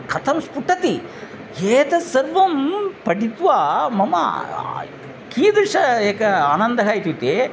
कथं स्फुटति ह्येतत् सर्वं पठित्वा मम कीदृशम् एकः आनन्दः इत्युक्ते